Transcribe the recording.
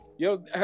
Yo